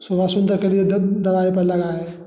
सुबह सुन्दर के लिए दरवाज़े पर लगाए